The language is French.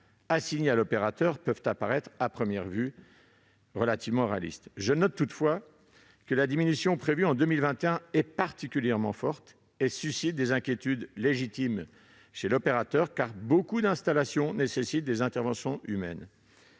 assignés à cet opérateur peuvent à première vue apparaître relativement réalistes. Je note toutefois que la diminution prévue en 2021 est particulièrement forte, ce qui suscite des inquiétudes légitimes chez VNF, car beaucoup d'installations nécessitent des interventions humaines.